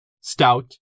Stout